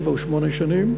שבע או שמונה שנים,